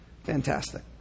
fantastic